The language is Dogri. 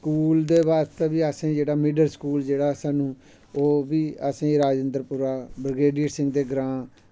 स्कूल दे बास्तै बी असें जेह्ड़ा मिडल स्कूल जेह्ड़ा साह्नू ओह्बी असें राजेंद्रपुरा ब्रगेडियर सिहं दे ग्रांऽ